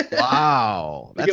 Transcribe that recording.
Wow